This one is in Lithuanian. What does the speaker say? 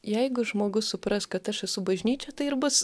jeigu žmogus supras kad aš esu bažnyčia tai ir bus